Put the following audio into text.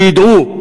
שידעו,